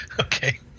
Okay